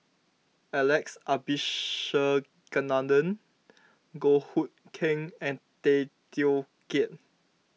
Alex Abisheganaden Goh Hood Keng and Tay Teow Kiat